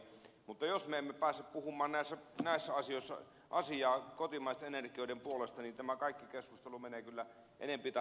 mutta jos me emme pääse puhumaan näissä asioissa kotimaisten energioiden puolesta niin tämä kaikki keskustelu menee kyllä enempi tai vähempi harakoille